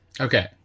Okay